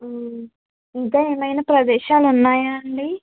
ఇంకా ఏమైనా ప్రదేశాలు ఉన్నాయా అండి